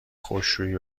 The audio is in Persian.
خشکشویی